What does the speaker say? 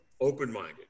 open-minded